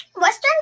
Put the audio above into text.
Western